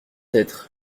être